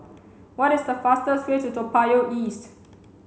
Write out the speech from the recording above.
what is the fastest way to Toa Payoh East